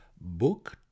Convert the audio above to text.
book